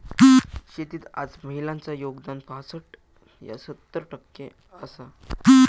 शेतीत आज महिलांचा योगदान पासट ता सत्तर टक्के आसा